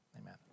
amen